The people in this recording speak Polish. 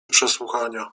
przesłuchania